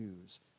news